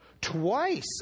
twice